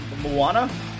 Moana